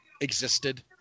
existed